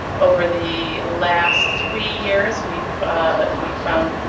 over the last three years we've we've found,